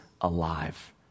alive